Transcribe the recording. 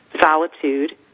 solitude